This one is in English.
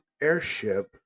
airship